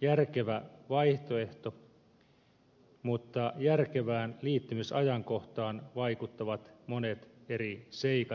järkevä vaihtoehto mutta järkevään liittymisajankohtaan vaikuttavat monet eri seikat